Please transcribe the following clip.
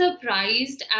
surprised